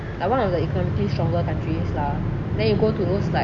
like one of the economically stronger countries lah then you go to those like